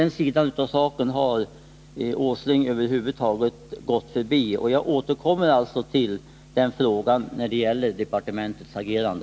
Jag återkommer alltså till den frågan när det gäller departementets agerande.